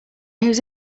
whose